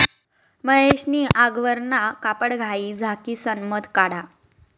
महेश नी आगवरना कपडाघाई झाकिसन मध काढा